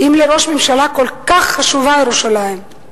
אם לראש הממשלה כל כך חשובה ירושלים,